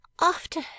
After